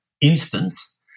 instance